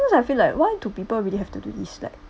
sometimes I feel like why do people really have to this like